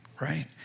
right